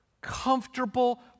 comfortable